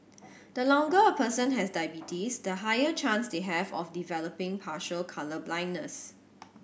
the longer a person has diabetes the higher chance they have of developing partial colour blindness